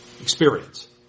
experience